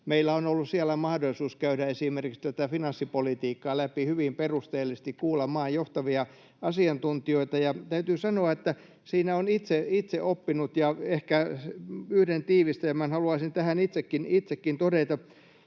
meillä on ollut siellä mahdollisuus käydä esimerkiksi tätä finanssipolitiikkaa läpi hyvin perusteellisesti, kuulla maan johtavia asiantuntijoita. Täytyy sanoa, että siinä on itse oppinut, ja ehkä yhden tiivistelmän haluaisin tähän itsekin todeta.